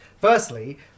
Firstly